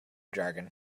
jargon